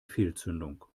fehlzündung